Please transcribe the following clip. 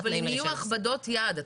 יהיו הכבדות יד.